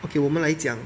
okay 我们来讲